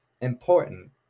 important